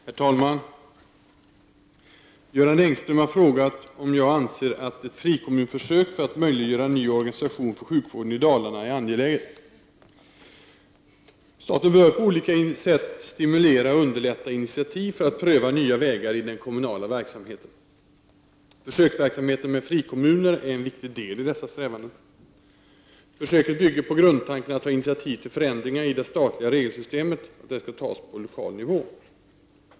Herr talman! Göran Engström har frågat mig om jag anser att ett frikommunförsök för att möjliggöra en ny organisation för sjukvården i Dalarna är angeläget. Staten bör på olika sätt stimulera och underlätta initiativ för att pröva nya vägar i den kommunala verksamheten. Försöksverksamheten med frikommuner är en viktig del i dessa strävanden. Försöket bygger på grundtanken att initiativ till förändringar i det statliga regelsystemet skall tas på lokal nivå.